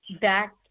back